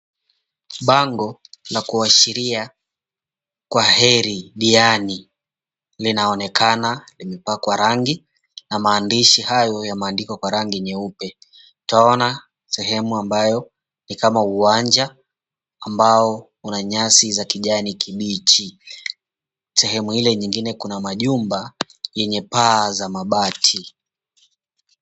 Bango la kuashiria, Kwaheri Diani, linaonekana limepakwa rangi na maandishi hayo ya maandiko kwa rangi nyeupe. Twaona sehemu ambayo ni kama uwanja, ambao una nyasi za kijani kibichi. Sehemu ile nyingine kuna majumba yenye paa za mabati.